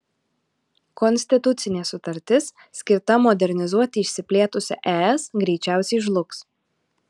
konstitucinė sutartis skirta modernizuoti išsiplėtusią es greičiausiai žlugs